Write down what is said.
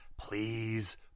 Please